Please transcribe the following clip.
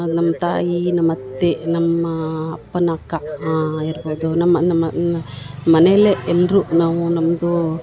ನಮ್ಮ ತಾಯಿ ನಮ್ಮ ಅತ್ತೆ ನಮ್ಮ ಅಪ್ಪನ ಅಕ್ಕ ಇರ್ಬೊದು ನಮ್ಮ ನಮ್ಮ ನ ಮನೇಲೆ ಎಲ್ಲರು ನಾವು ನಮ್ಮದು